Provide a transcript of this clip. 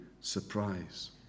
surprise